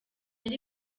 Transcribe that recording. ari